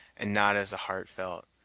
and not as the heart felt.